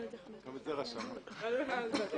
בבקשה